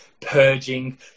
purging